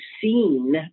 seen